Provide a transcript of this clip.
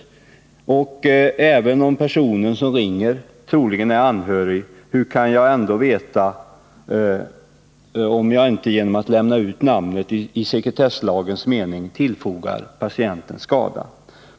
Hur kan jag, även om personen som ringer troligen är anhörig, veta att jag inte genom att lämna ut namnet i sekretesslagens mening tillfogar patienten skada?